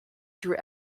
through